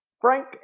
Frank